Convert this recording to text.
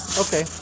Okay